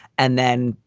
and then,